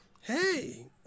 Hey